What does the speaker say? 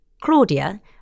Claudia